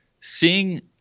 seeing